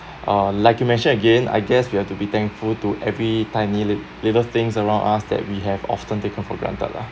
uh like you mention again I guess we have to be thankful to every tiny little things around us that we have often taken for granted lah